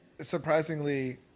Surprisingly